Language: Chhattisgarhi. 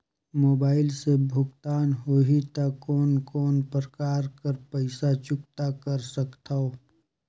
मोबाइल से भुगतान होहि त कोन कोन प्रकार कर पईसा चुकता कर सकथव?